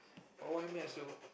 but why maths though